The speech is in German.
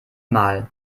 mal